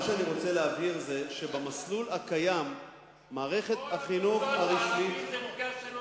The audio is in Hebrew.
אני רוצה להבהיר שבמסלול הקיים מערכת החינוך הרשמית,